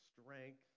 strength